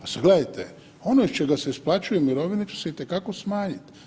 A sad gledajte ono ih čega se isplaćuju mirovine će se itekako smanjiti.